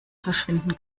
verschwinden